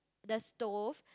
the stove